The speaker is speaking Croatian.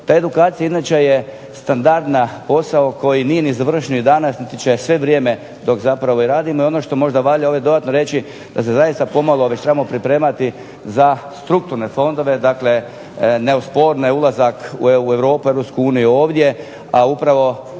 Ta edukacija je standardan posao koji nije završio niti danas, niti će sve vrijeme dok zapravo radimo, i što valja ovdje dodatno reći da se zaista pomalo trebamo pripremati za strukturne fondove, neosporne za ulazak u Europsku uniju ovdje, a upravo